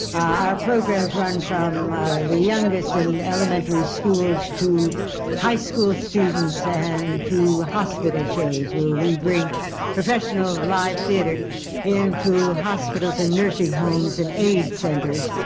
our programs run from the youngest in elementary schools to high school students and to hospital shows, where we bring professional, live theatre into hospitals and nursing homes and aids centers.